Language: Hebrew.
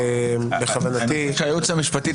מבין שהייעוץ המשפטי,